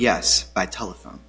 yes by telephone